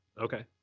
Okay